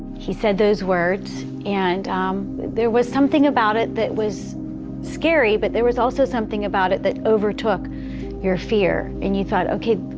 he said those words, and um there was something about it that was scary, but there was also something about it that over took your fear. and you thought, okay,